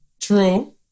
True